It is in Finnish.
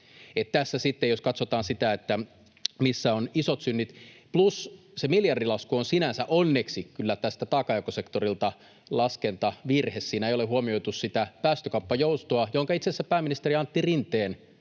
tässä sitten, jos katsotaan sitä, että missä on ne isot synnit. Plus se miljardilasku on sinänsä, onneksi, taakanjakosektorilta laskentavirhe. Siinä ei ole huomioitu sitä päästökauppajoustoa, jonka itse asiassa pääministeri Antti Rinteen